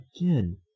again